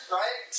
right